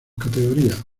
categorías